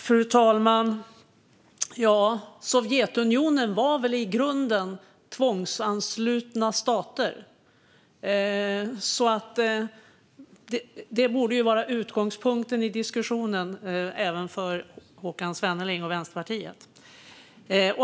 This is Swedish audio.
Fru talman! Sovjetunionen bestod väl i grunden av tvångsanslutna stater. Det borde vara utgångspunkten i diskussionen även för Håkan Svenneling och Vänsterpartiet.